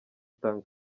tang